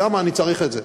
שם אני צריך את זה.